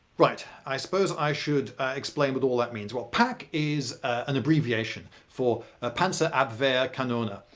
right, i suppose i should explain what all that means. well pak is an abbreviation for ah panzerabwehrkanone.